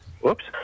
Whoops